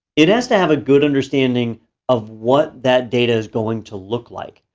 it has to have a good understanding of what that data is going to look like.